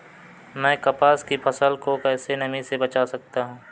मैं कपास की फसल को कैसे नमी से बचा सकता हूँ?